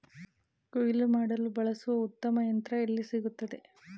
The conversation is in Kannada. ಕುಯ್ಲು ಮಾಡಲು ಬಳಸಲು ಉತ್ತಮ ಯಂತ್ರ ಎಲ್ಲಿ ಸಿಗುತ್ತದೆ?